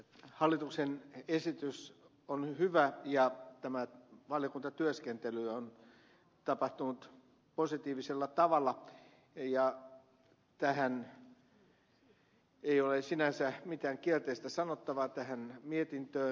hallituksen esitys on hyvä ja tämä valiokuntatyöskentely on tapahtunut positiivisella tavalla ja ei ole sinänsä mitään kielteistä sanottavaa tähän mietintöön